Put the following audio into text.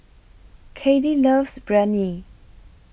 Cathie loves Biryani